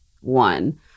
one